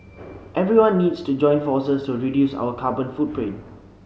everyone needs to join forces to reduce our carbon footprint